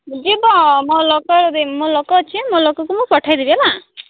ଯିବ ମୋ ଲୋକ ଯଦି ମୋ ଲୋକ ଅଛି ମୋ ଲୋକକୁ ମୁଁ ପଠେଇଦେବି ହେଲା